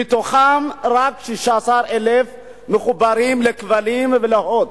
ומתוכן רק 16,000 מחוברים לכבלים ול"הוט",